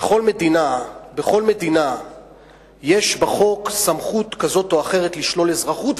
בכל מדינה יש בחוק סמכות כזאת או אחרת לשלול אזרחות,